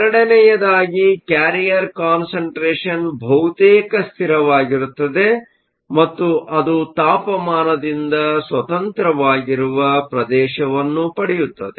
ಎರಡನೆಯದಾಗಿ carrier concentration concentration ಬಹುತೇಕ ಸ್ಥಿರವಾಗಿರುತ್ತದೆ ಮತ್ತು ಅದು ತಾಪಮಾನದಿಂದ ಸ್ವತಂತ್ರವಾಗಿರುವ ಪ್ರದೇಶವನ್ನು ಪಡೆಯತ್ತದೆ